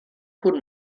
pur